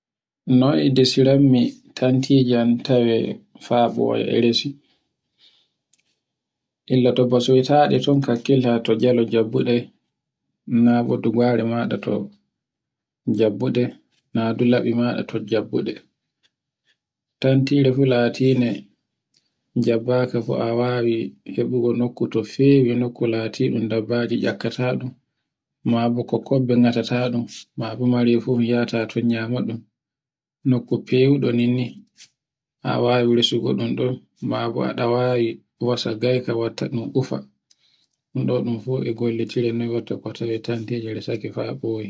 Noy desiranmi tantiji am tawe faɓoye e resi. Illa to bosiytaɗe ton kakkila ton jalo jabbude, nabo dubare maɗa jabbude, nadu labi maɗa jabbude. Tantire fu latinde jabbaka fu a heɓugo nokku to fewi e nokku latiɗun dabbaji ekkaɗun, mabo ko kebbe gata taɗum, ma bu marefu mi yahata ton nyama ɗun. nokku fewuɗo nini ha wawi resugo ɗun, mabo a ɗawawi wasa gaika wattaɗun ufa. ɗun ɗun ɗo fu e gollitoren noy watta ko tawe ten ti ɗi resaji fa ɓoye.